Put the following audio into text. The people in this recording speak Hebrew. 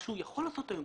מה שהוא יכול לעשות היום,